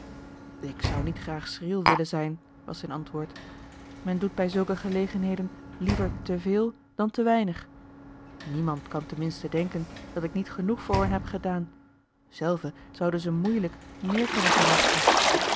ik zou niet graag schriel willen zijn was zijn antwoord men doet bij zulke gelegenheden liever te veel dan te weinig niemand kan ten minste denken dat ik niet genoeg voor hen heb gedaan zelve zouden ze moeilijk meer kunnen verwachten